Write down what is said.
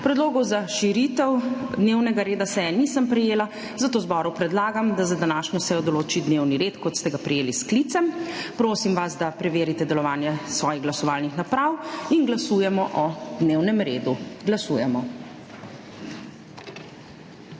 Predlogov za širitev dnevnega reda seje nisem prejela, zato zboru predlagam, da za današnjo sejo določi dnevni red, kot ste ga prejeli s sklicem. Prosim vas, da preverite delovanje svojih glasovalnih naprav in glasujemo o dnevnem redu. Glasujemo.